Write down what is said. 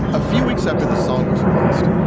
a few weeks after the song was released,